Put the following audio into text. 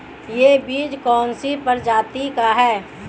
यह बीज कौन सी प्रजाति का है?